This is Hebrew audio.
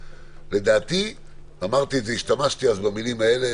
לדעתי השתמשתי אז במילים האלה,